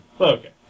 Okay